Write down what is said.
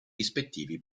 rispettivi